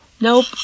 nope